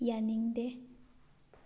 ꯌꯥꯅꯤꯡꯗꯦ